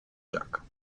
giacca